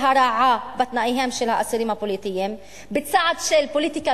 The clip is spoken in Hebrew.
הרעה בתנאיהם של האסירים הפוליטיים בצעד של פוליטיקה,